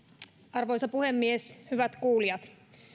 arvoisa puhemies hyvät kuulijat